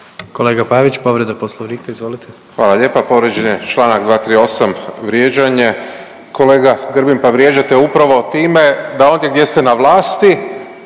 Kolega Pavić povreda Poslovnika. **Pavić, Marko (HDZ)** Hvala lijepa. Povrijeđen je čl. 238. vrijeđanje. Kolega Grbin pa vrijeđate upravo time da ondje gdje ste na vlasti